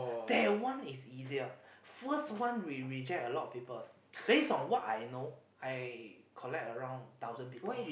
that one is easier first one we reject a lot of peoples base on what I know I collect around thousand people